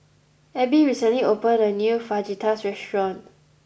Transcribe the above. Ebbie recently opened a new Fajitas restaurant